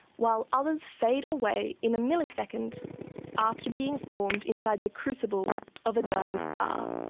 while others fade away in a millisecond after being formed inside the crucible of a dying star,